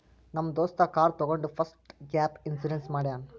ನಮ್ ದೋಸ್ತ ಕಾರ್ ತಗೊಂಡ್ ಫಸ್ಟ್ ಗ್ಯಾಪ್ ಇನ್ಸೂರೆನ್ಸ್ ಮಾಡ್ಯಾನ್